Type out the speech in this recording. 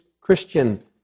Christian